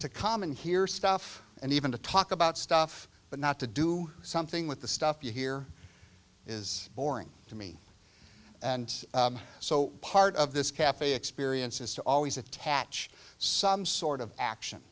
to common hear stuff and even to talk about stuff but not to do something with the stuff you hear is boring to me and so part of this cafe experience is to always attach some sort of action